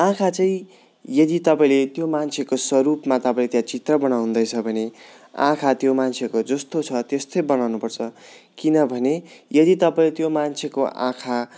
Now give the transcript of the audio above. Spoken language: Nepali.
आँखा चाहिँ यदि तपाईँले त्यो मान्छेको स्वरूपमा तपाईँ त्यहाँ चित्र बनाउँदैछ भने आँखा त्यो मान्छेको जस्तो छ त्यस्तै बनाउनु पर्छ किनभने यदि तपाईँले त्यो मान्छेको आँखा